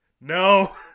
no